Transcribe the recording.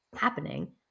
happening